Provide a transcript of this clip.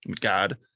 God